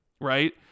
right